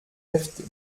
heftig